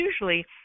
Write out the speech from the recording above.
usually